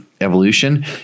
evolution